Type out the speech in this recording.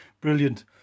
Brilliant